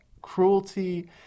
cruelty